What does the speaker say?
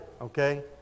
okay